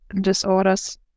disorders